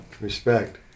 respect